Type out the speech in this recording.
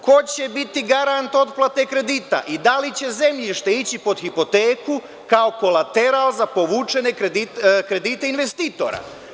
Ko će biti garant otplate kredita i da li će zemljište ići pod hipoteku, kao kolateral za povučene kredite investitora?